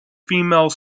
female